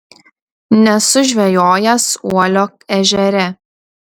nesu žvejojęs uolio ežere